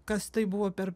kas tai buvo per